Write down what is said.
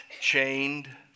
chained